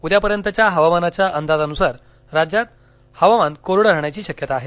उद्या पर्यंतच्या हवामानाच्या अंदाजानुसार राज्यात हवामान कोरड राहण्याची शक्यता आहे